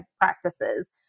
practices